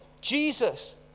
Jesus